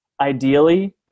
ideally